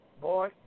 Boy